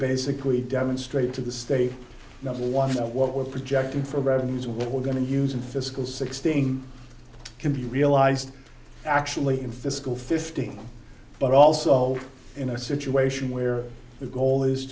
basically demonstrate to the state number one that what we're projecting for revenues what we're going to use in fiscal sixteen can be realized actually in fiscal fifteen but also in a situation where the goal is